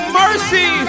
mercy